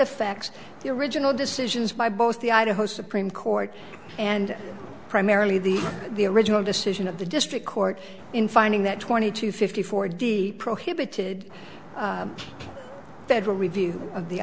affects the original decisions by both the idaho supreme court and primarily the the original decision of the district court in finding that twenty two fifty four d prohibited federal review